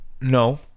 No